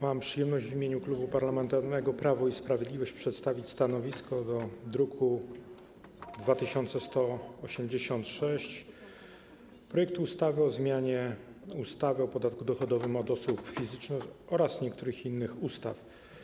Mam przyjemność w imieniu Klubu Parlamentarnego Prawo i Sprawiedliwość przedstawić stanowisko odnośnie do druku nr 2186, projektu ustawy o zmianie ustawy o podatku dochodowym od osób fizycznych oraz niektórych innych ustaw.